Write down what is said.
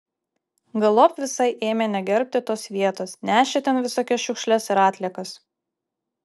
galop visai ėmė negerbti tos vietos nešė ten visokias šiukšles ir atliekas